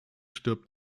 stirbt